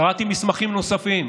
קראתי מסמכים נוספים,